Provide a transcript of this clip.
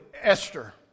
Esther